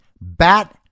bat